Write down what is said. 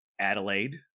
Adelaide